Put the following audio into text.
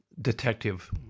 detective